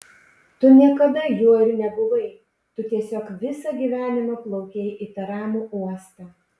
tu niekada juo ir nebuvai tu tiesiog visą gyvenimą plaukei į tą ramų uostą